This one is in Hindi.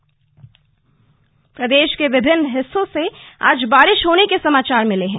मौसम प्रदेश के विभिन्न हिस्सों से आज बारिश होने के समाचार मिले हैं